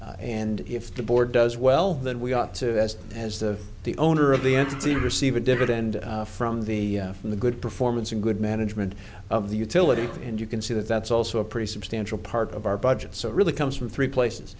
capital and if the board does well then we ought to as the the owner of the entity receive a dividend from the from the good performance and good management of the utility and you can see that that's also a pretty substantial part of our budget so it really comes from three places